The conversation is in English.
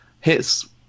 hits